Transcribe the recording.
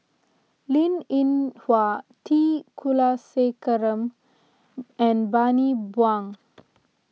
Linn in Hua T Kulasekaram and Bani Buang